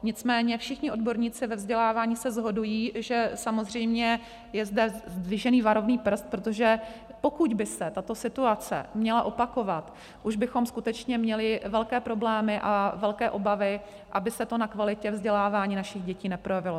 Nicméně všichni odborníci ve vzdělávání se shodují, že samozřejmě je zde zdvižený varovný prst, protože pokud by se tato situace měla opakovat, už bychom skutečně měli velké problémy a velké obavy, aby se to na kvalitě vzdělávání našich dětí neprojevilo.